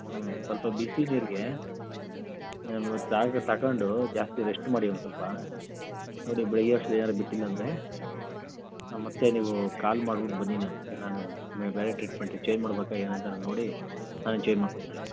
ಹ್ಞೂ ಸ್ವಲ್ಪ ಬಿಸಿ ನೀರಿಗೆ ಟ್ಯಾಬ್ಲೆಟ್ ತಗಂಡೂ ಜಾಸ್ತಿ ರೆಸ್ಟ್ ಮಾಡಿ ಒಂದು ಸ್ವಲ್ಪಾ ನೋಡಿ ಬೆಳಿಗ್ಗೆ ಅಷ್ಟರಲ್ಲಿ ಏನಾರು ಬಿಟ್ಟಿಲ್ಲ ಅಂದರೆ ಹಾಂ ಮತ್ತೆ ನೀವು ಕಾಲ್ ಮಾಡ್ಬುಟ್ಟು ಬನ್ನಿ ನನ್ನ ಜೊತೆ ನಾನು ಬೆಳಿಗ್ಗೆ ಟ್ರಿಟ್ಮೆಂಟ್ ಚೇಂಜ್ ಮಾಡಬೇಕಾ ಏನು ಅಂತ ನಾನು ನೋಡಿ ನಾನೇ ಚೇಂಜ್ ಮಾಡಿ ಕೊಡ್ತೀನಿ